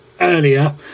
earlier